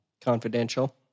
Confidential